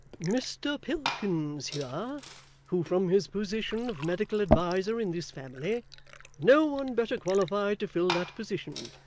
mr pilkins here, who from his position of medical adviser in this family no one better qualified to fill that position,